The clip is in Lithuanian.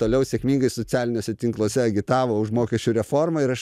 toliau sėkmingai socialiniuose tinkluose agitavo už mokesčių reformą ir aš